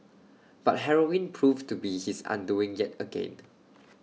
but heroin proved to be his undoing yet again